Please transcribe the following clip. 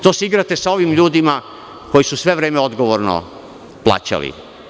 To se igrate sa ovim ljudima koji su sve vreme odgovorno plaćali.